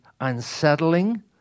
unsettling